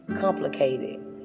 complicated